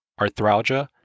arthralgia